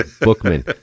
Bookman